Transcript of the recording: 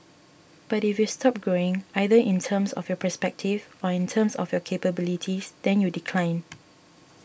but if you stop growing either in terms of your perspective or in terms of your capabilities then you decline